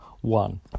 one